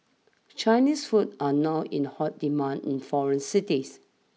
Chinese food are now in hot demand in foreign cities